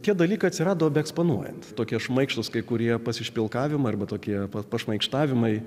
tie dalykai atsirado eksponuojant tokie šmaikštūs kai kurie pasišpilkavimai arba tokie pat pašmaikštavimai